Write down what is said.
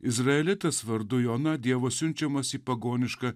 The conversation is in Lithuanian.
izraelitas vardu joana dievo siunčiamas į pagonišką